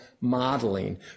modeling